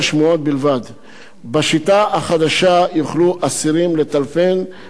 בשיטה החדשה יוכלו אסירים לטלפן לעשרה יעדים בלבד,